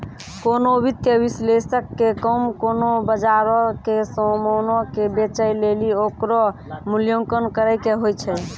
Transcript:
कोनो वित्तीय विश्लेषक के काम कोनो बजारो के समानो के बेचै लेली ओकरो मूल्यांकन करै के होय छै